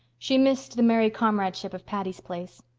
she missed the merry comradeship of patty's place.